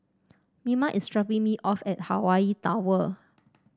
Mima is dropping me off at Hawaii Tower